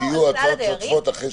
כשיהיו הוצאות שוטפות אחרי שירוויחו.